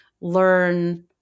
learn